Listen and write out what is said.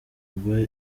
ubwo